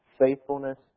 faithfulness